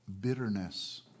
Bitterness